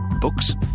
Books